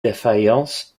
défaillances